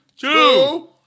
two